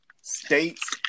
states